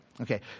Okay